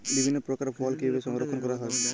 বিভিন্ন প্রকার ফল কিভাবে সংরক্ষণ করা হয়?